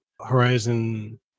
Horizon